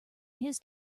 his